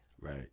Right